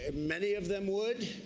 and many of them would.